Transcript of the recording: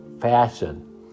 fashion